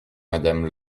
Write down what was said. madame